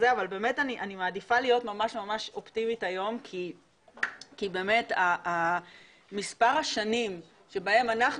אני מעדיפה להיות היום אופטימית כי באמת מספר השנים בהן אנחנו